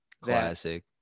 Classic